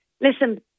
listen